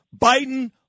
Biden